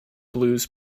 blues